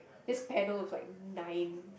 this panel is like nine